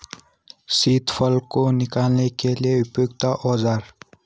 सीताफल को निकालने के लिए उपयुक्त औज़ार?